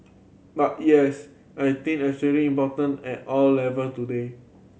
but yes I think that's certain important at all level today